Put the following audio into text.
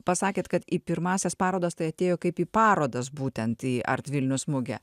pasakėt kad į pirmąsias parodas tai atėjo kaip į parodas būtent į art vilnius mugę